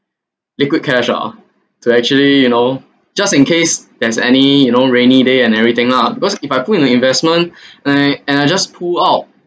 quick cash ah to actually you know just in case there's any you know rainy day and everything lah because if I put in the investment and I and I just pull out